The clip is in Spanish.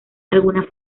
algunas